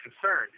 concerned